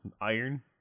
iron